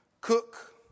Cook